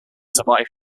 survive